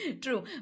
true